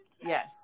Yes